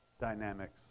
dynamics